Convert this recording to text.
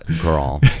Girl